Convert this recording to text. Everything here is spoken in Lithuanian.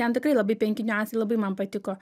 ten tikrai labai penki niuansai labai man patiko